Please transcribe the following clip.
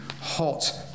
hot